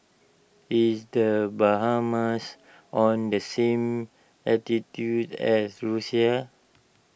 is the Bahamas on the same latitude as Russia